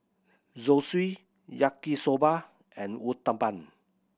Zosui Yaki Soba and Uthapam